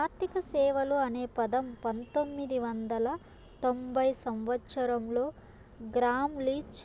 ఆర్థిక సేవలు అనే పదం పంతొమ్మిది వందల తొంభై సంవచ్చరంలో గ్రామ్ లీచ్